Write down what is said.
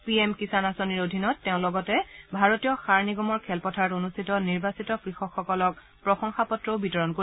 P M Kisan আঁচনিৰ অধীনত তেওঁ লগতে ভাৰতীয় সাৰ নিগমৰ খেলপথাৰত অনুষ্ঠিত নিৰ্বাচিত কৃষকসকলক প্ৰশংসা পত্ৰও বিতৰণ কৰিব